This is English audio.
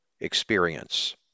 experience